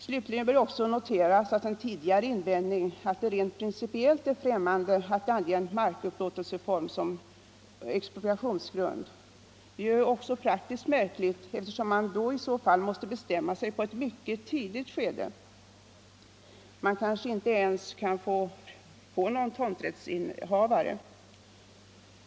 Slutligen bör också noteras den tidigare invändningen att det rent principiellt är fftämmande att ange en markupplåtelseform som expropriationsgrund. Det är också praktiskt märkligt, eftersom man i så fall måste bestämma sig på ett mycket tidigt skede. Man kanske inte ens kan få någon tomträttsinnehavare.